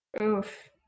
Oof